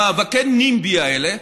מאבקי ה-NIMBY האלה,